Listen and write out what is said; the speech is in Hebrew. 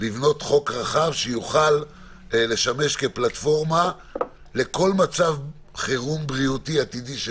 לבנות חוק רחב שישמש כפלטפורמה לכל מצב חירום בריאותי עתידי.